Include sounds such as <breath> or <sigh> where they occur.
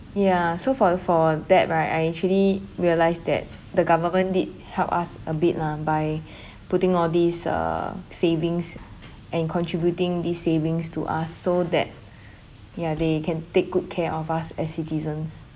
ya so for for that right I actually realize that the government did help us a bit lah by <breath> putting all these uh savings and contributing these savings to us so that ya they can take good care of us as citizens